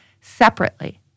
separately